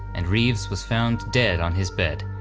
and reeves was found dead on his bed,